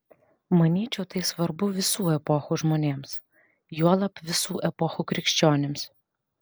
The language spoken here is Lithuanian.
manyčiau tai svarbu visų epochų žmonėms juolab visų epochų krikščionims